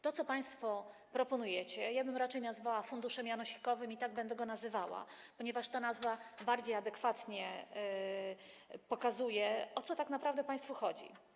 To, co państwo proponujecie, nazwałabym raczej funduszem janosikowym, i tak będę go nazywała, ponieważ ta nazwa bardziej adekwatnie pokazuje, o co tak naprawdę państwu chodzi.